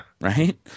right